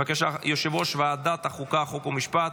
בבקשה, יושב-ראש ועדת חוקה חוק ומשפט